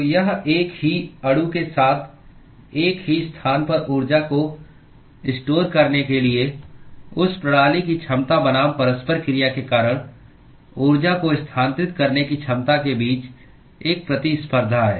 तो यह एक ही अणु के साथ एक ही स्थान पर ऊर्जा को स्टोर करने के लिए उस प्रणाली की क्षमता बनाम परस्पर क्रिया के कारण ऊर्जा को स्थानांतरित करने की क्षमता के बीच एक प्रतिस्पर्धा है